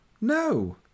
No